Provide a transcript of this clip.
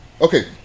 Okay